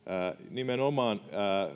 nimenomaan